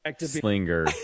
slinger